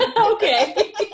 Okay